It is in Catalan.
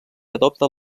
adopta